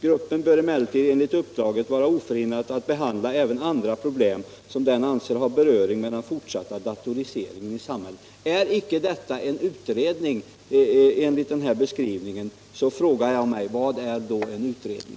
Gruppen bör emellertid enligt uppdraget vara oförhindrad att behandla även andra problem som den anser har beröring med den fortsatta datoriseringen i samhället.” Är det inte en utredning som här beskrivs så frågar jag: Vad är då en utredning?